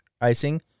icing